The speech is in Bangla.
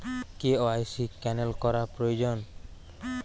কে.ওয়াই.সি ক্যানেল করা প্রয়োজন?